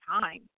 time